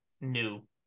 new